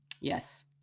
Yes